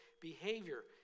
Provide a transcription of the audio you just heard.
behavior